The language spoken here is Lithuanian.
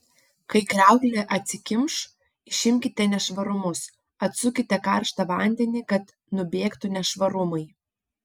kai kriauklė atsikimš išimkite nešvarumus atsukite karštą vandenį kad nubėgtų nešvarumai